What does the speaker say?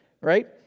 Right